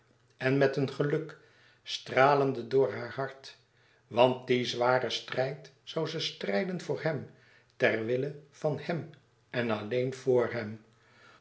en met een geluk stralende door haar hart want dien zwaren strijd zoû ze strijden voor hèm ter wille van hem en alleen voor hem